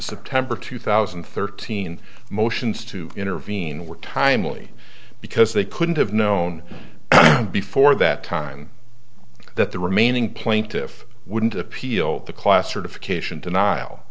september two thousand and thirteen motions to intervene were timely because they couldn't have known before that time that the remaining plaintiff wouldn't appeal the class or to cation denial